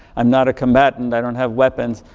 i'm not a combatant, i don't have weapon.